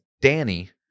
Danny